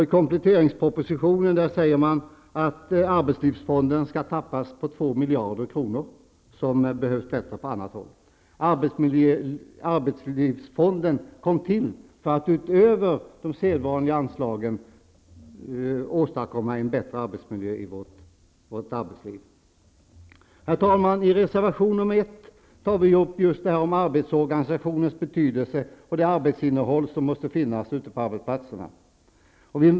I propositionen sägs vidare att arbetslivsfonden skall tappas på 2 miljarder kronor som behövs bättre på annat håll. Men arbetslivsfonden kom ju till för att utöver de sedvanliga anslagen bidra till att man skall kunna åstadkomma en bättre arbetsmiljö i vårt arbetsliv. Herr talman! I reservation 1 tar vi upp arbetsorganisationens betydelse och det arbetsinnehåll som måste finnas ute på arbetsplatserna.